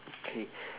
K